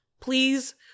Please